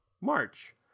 march